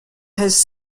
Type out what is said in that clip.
has